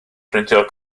brintio